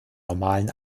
normalen